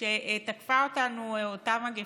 כשתקפה אותנו אותה מגפה,